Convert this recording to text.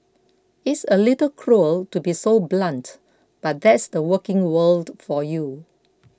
it's a little cruel to be so blunt but that's the working world for you